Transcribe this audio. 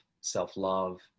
self-love